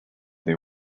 they